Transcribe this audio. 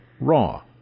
Raw